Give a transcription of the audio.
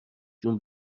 جون